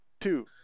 two